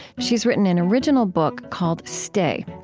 she's written an original book called stay.